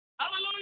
Hallelujah